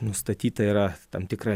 nustatyta yra tam tikra